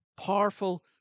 powerful